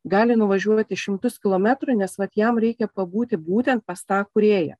gali nuvažiuoti šimtus kilometrų nes vat jam reikia pabūti būtent pas tą kūrėją